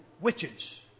witches